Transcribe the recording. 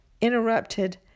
interrupted